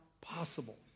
possible